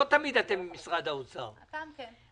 הפעם כן.